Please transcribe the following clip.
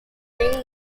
heading